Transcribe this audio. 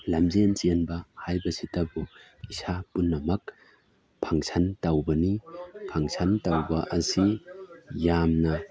ꯂꯝꯖꯦꯟ ꯆꯦꯟꯕ ꯍꯥꯏꯕꯁꯤꯇꯕꯨ ꯏꯁꯥ ꯄꯨꯝꯅꯃꯛ ꯐꯪꯁꯟ ꯇꯧꯕꯅꯤ ꯐꯪꯁꯟ ꯇꯧꯕ ꯑꯁꯤ ꯌꯥꯝꯅ